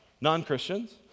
non-Christians